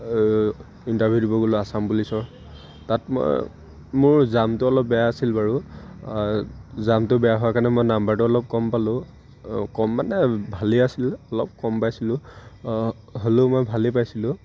interview দিব গ'লোঁ আচাম পুলিচৰ তাত মই মোৰ জাম্পটো অলপ বেয়া আছিল বাৰু জাম্পটো বেয়া হোৱাৰ কাৰণে মই নাম্বাৰটো অলপ কম পালোঁ কম মানে ভালেই আছিল অলপ কম পাইছিলোঁ হ'লেও মই ভালেই পাইছিলোঁ